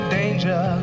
danger